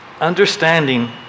understanding